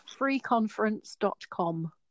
freeconference.com